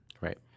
right